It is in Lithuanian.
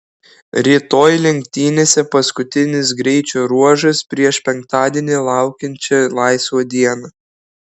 rytoj lenktynėse paskutinis greičio ruožas prieš penktadienį laukiančią laisvą dieną